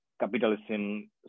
capitalism